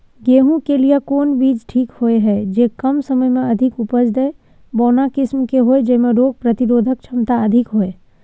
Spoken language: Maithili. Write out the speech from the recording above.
गेहूं के लिए कोन बीज ठीक होय हय, जे कम समय मे अधिक उपज दे, बौना किस्म के होय, जैमे रोग प्रतिरोधक क्षमता अधिक होय?